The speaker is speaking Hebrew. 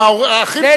גם האחים שלו.